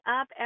up